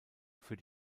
für